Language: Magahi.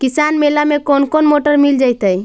किसान मेला में कोन कोन मोटर मिल जैतै?